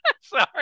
Sorry